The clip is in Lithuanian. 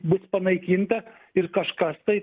bus panaikinta ir kažkas tai